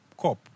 cop